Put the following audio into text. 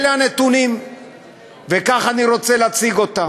אלה הנתונים וכך אני רוצה להציג אותם.